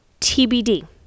TBD